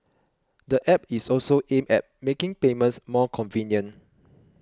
the App is also aimed at making payments more convenient